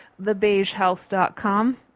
thebeigehouse.com